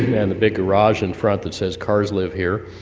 and the big garage in front that says cars live here.